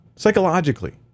Psychologically